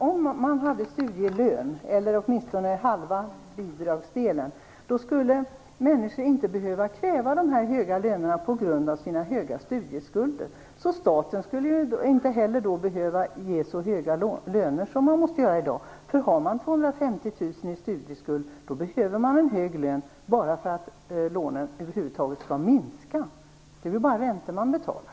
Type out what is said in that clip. Om man hade studielön eller åtminstone höjde bidragsdelen skulle människor inte behöva kräva höga löner på grund av sina höga studieskulder. Staten skulle då inte behöva ge så höga löner som i dag. Har man 250 000 i studieskuld behöver man en hög lön för att lånen över huvud taget skall minska. Det är väl bara räntor man betalar.